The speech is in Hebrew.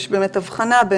יש אבחנה,